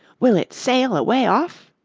will it sail away off?